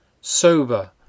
sober